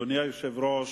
אדוני היושב-ראש,